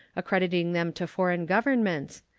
accrediting them to foreign governments,